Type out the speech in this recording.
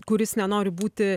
kuris nenori būti